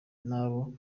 n’abo